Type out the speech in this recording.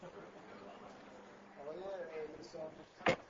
Oh, yeah, it's, uh,